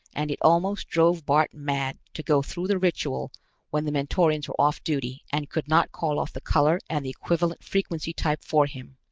and it almost drove bart mad to go through the ritual when the mentorians were off duty and could not call off the color and the equivalent frequency type for him.